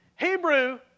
Hebrew